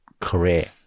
career